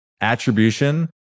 attribution